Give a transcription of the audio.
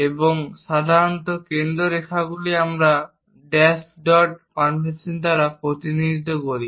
এবং সাধারণত কেন্দ্র রেখাগুলিকে আমরা ড্যাশ ডট কনভেনশন দ্বারা প্রতিনিধিত্ব করি